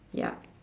ya